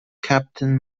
captain